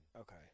Okay